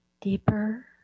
deeper